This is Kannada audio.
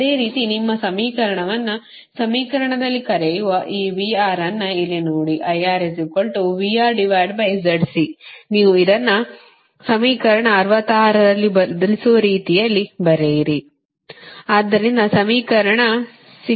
ಅದೇ ರೀತಿ ನಿಮ್ಮ ಸಮೀಕರಣವನ್ನು ಸಮೀಕರಣದಲ್ಲಿ ಕರೆಯುವ ಈ V R ಅನ್ನು ಇಲ್ಲಿ ನೋಡಿ ನೀವು ಅದನ್ನು ಸಮೀಕರಣ 66 ರಲ್ಲಿ ಬದಲಿಸುವ ರೀತಿಯಲ್ಲಿ ಬರೆಯಿರಿ